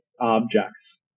objects